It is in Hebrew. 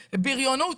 בריונות,